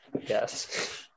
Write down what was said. yes